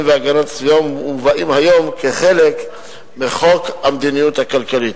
והגנת הסביבה ומובאים היום כחלק מחוק המדיניות הכלכלית: